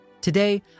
Today